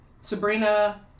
Sabrina